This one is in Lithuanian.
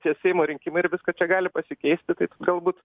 tie seimo rinkimai ir viskas čia gali pasikeisti galbūt